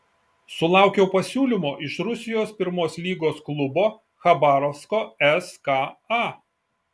sulaukiau pasiūlymo iš rusijos pirmos lygos klubo chabarovsko ska